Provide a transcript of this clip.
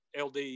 ld